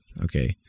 Okay